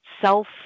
self-